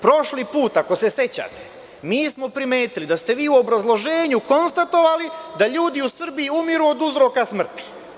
Prošli put, ako se sećate, mi smo primetili da ste vi u obrazloženju konstatovali da ljudi u Srbiji umiru od uzroka smrti.